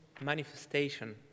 manifestation